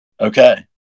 Okay